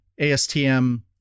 ASTM